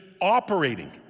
operating